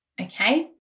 okay